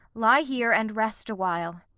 lie here and rest awhile.